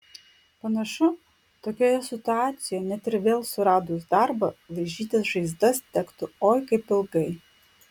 panašu tokioje situacijoje net ir vėl suradus darbą laižytis žaizdas tektų oi kaip ilgai